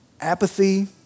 apathy